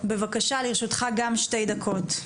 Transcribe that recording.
גם לרשותך שתי דקות.